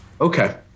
okay